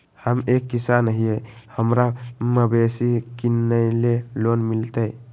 हम एक किसान हिए हमरा मवेसी किनैले लोन मिलतै?